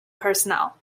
personnel